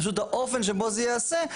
פשוט האופן שבו זה ייעשה,